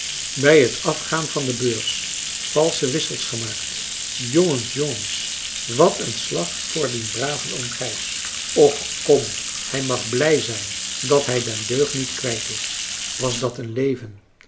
bij het afgaan van de beurs valsche wissels gemaakt jongens jongens wat een slag voor dien braven oom gijs och kom hij mag blij zijn dat hij den deugniet kwijt is was dat een leven